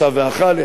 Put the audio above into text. ישב ואכל,